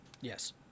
Yes